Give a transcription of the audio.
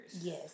Yes